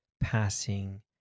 passing